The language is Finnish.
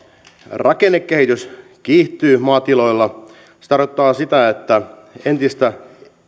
rakennekehitys kiihtyy maatiloilla se tarkoittaa sitä että entistä